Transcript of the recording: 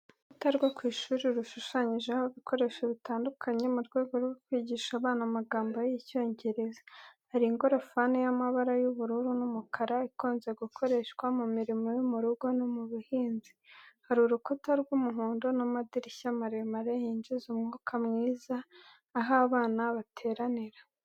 Urukuta rwo ku ishuri rushushanyijeho ibikoresho bitandukanye mu rwego rwo kwigisha abana amagambo y’Icyongereza. Hari ingorofani y’amabara y’ubururu n’umukara ikunze gukoreshwa mu mirimo yo mu rugo no mu buhinzi, hari urukuta rw'umuhondo n'amadirishya maremare yinjiza umwuka mwiza aho abana bateranira.